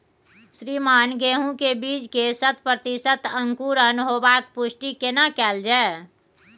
श्रीमान गेहूं के बीज के शत प्रतिसत अंकुरण होबाक पुष्टि केना कैल जाय?